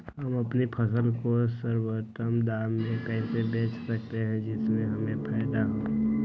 हम अपनी फसल को सर्वोत्तम दाम में कैसे बेच सकते हैं जिससे हमें फायदा हो?